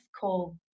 call